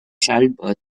childbirths